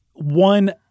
One